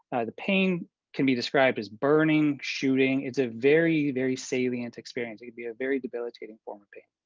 the pain can be described as burning shooting. it's a very, very salient experience. it can be a very debilitating form of pain.